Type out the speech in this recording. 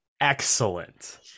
Excellent